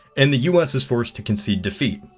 and the u s. is forced to concede defeat.